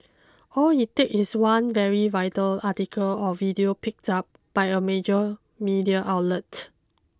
all it takes is one very vital article or video picked up by a major media outlet